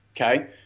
Okay